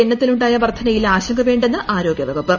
എണ്ണത്തിൽ ഉണ്ടായ വർദ്ധനയിൽ ആശങ്കവേണ്ടെന്ന് ആരോഗ്യവകുപ്പ്